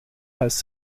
has